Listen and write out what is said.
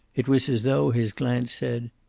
it was as though his glance said,